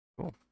Cool